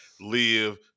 live